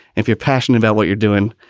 if you're passionate about what you're doing,